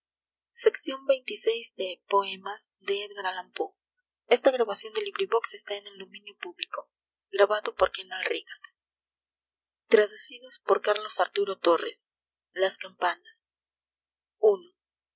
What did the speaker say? entonces amaba traducidos por carlos arturo torres las campanas